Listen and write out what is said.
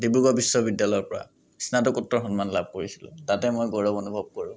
ডিব্ৰুগড় বিশ্ববিদ্যালয়ৰ পৰা স্নাতকোত্তৰ সন্মান লাভ কৰিছিলো তাতে মই গৌৰৱ অনুভৱ কৰোঁ